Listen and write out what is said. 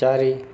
ଚାରି